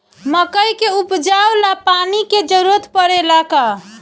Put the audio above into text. मकई के उपजाव ला पानी के जरूरत परेला का?